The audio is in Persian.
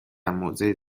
موضع